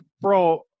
bro